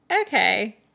okay